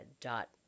dot